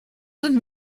sind